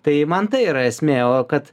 tai man tai yra esmė o kad